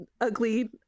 ugly